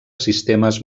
sistemes